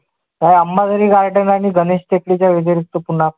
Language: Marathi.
अंबाझरी गार्डन आणि गणेश टेकडीच्या व्यतिरिक्त पुन्हा